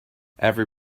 every